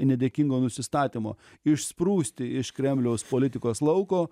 nedėkingo nusistatymo išsprūsti iš kremliaus politikos lauko